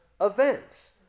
events